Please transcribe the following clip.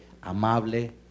amable